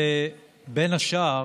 ובין השאר,